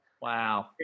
Wow